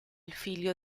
figlio